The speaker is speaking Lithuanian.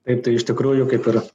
taip tai iš tikrųjų kaip ir